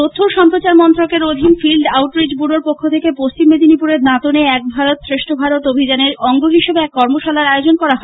তথ্য ও সম্প্রচারমন্ত্রকের অধীন ফিল্ড আউটরীচ ব্যুরোর পক্ষ থেকে পশ্চিম মেদিনীপুরের দাঁতনে এক ভারত শ্রেষ্ঠ ভারত অভিযোনের অঙ্গ হিসাবে এক কর্মশালার আয়োজন করা হয়